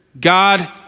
God